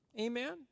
amen